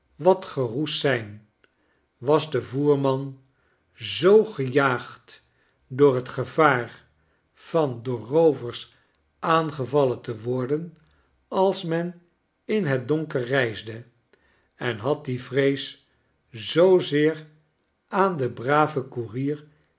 wat geroest zijn was de voerman zoo gejaagd door het gevaar van door roovers aangevallen te worden als men in het donker reisde en had die vrees zoozeer aan den braven koeriermedegedeeld